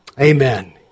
Amen